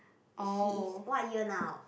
he is what year now